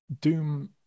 doom